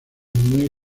muy